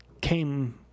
came